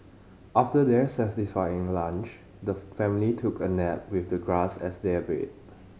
after their satisfying lunch the family took a nap with the grass as their bed